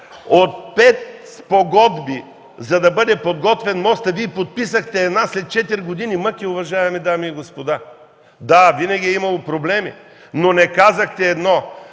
от пет спогодби, за да бъде подготвен мостът, Вие подписахте една след 4 години мъки, уважаеми дами и господа! Да, винаги е имало проблеми, но не казахте,